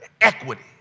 equity